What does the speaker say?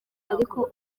ariko